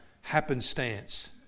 happenstance